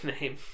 name